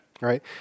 right